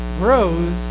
grows